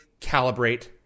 calibrate